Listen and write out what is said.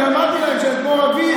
אני אמרתי להם שאת מור אבי,